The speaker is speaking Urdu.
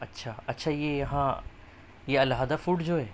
اچھا اچھا یہ یہاں یہ الہدیٰ فوڈ جو ہے